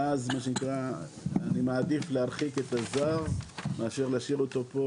ואז אני מעדיף להרחיק את הזר מאשר להשאיר אותו פה